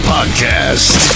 Podcast